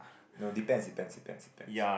no depends depends depends depends